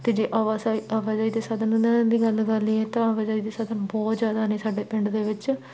ਅਤੇ ਜੇ ਆਵਾਸਾਈ ਆਵਾਜਾਈ ਦੇ ਸਾਧਨ ਉਹਨਾਂ ਦੀ ਗੱਲ ਕਰ ਲਈਏ ਤਾਂ ਆਵਾਜਾਈ ਦੇ ਸਾਧਨ ਬਹੁਤ ਜ਼ਿਆਦਾ ਨੇ ਸਾਡੇ ਪਿੰਡ ਦੇ ਵਿੱਚ